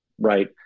right